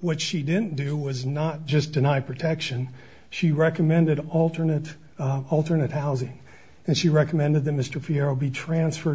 what she didn't do was not just deny protection she recommended alternate alternate housing and she recommended that mr farrow be transferred